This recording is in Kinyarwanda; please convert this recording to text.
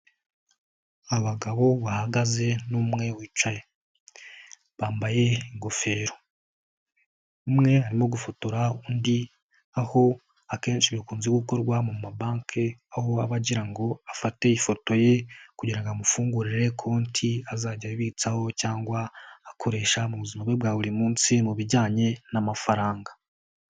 Abagabo bahagaze n'umwe wicaye bambaye ingofero, umwe arimo gufotora undi aho akenshi bikunze gukorwa mu mabanki aho baba bagira ngo afate ifoto ye kugira ngo amufungurire konti azajya abitsaho cyangwa akoresha mu buzima bwe bwa buri munsi mu bijyanye n'amafaranga.